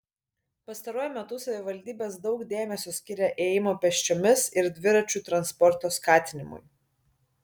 pastaruoju metu savivaldybės daug dėmesio skiria ėjimo pėsčiomis ir dviračių transporto skatinimui